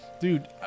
Dude